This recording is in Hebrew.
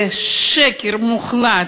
זה שקר מוחלט.